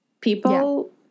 People